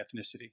ethnicity